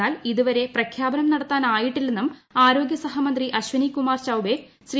എന്നാൽ ഇതുവരെ പ്രഖ്യാപനം നടത്താനൂറ്യിട്ടില്ലെന്നും ആരോഗൃ സഹമന്ത്രി അശ്വിനി കുമാർ ചൌബ്പ് ശ്രീ